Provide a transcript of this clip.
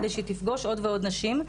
כדי שהיא תפגוש עוד ועוד נשים,